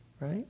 right